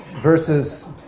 Versus